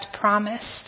promised